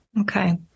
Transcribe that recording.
Okay